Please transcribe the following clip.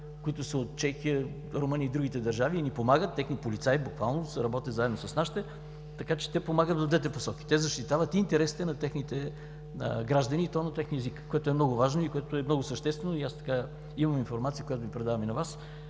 които са от Чехия, Румъния и другите държави и ни помагат, техни полицаи буквално работят заедно с нашите, така че те помагат в двете посоки – защитават интересите на техните граждани, и то на техния език, което е много важно и много съществено. Аз имам информация, която предавам и на Вас